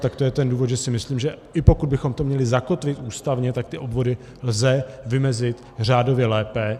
Tak to je ten důvod, že si myslím, že i pokud bychom to měli zakotvit ústavně, tak ty obvody lze vymezit řádově lépe.